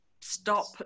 stop